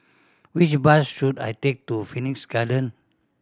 which bus should I take to Phoenix Garden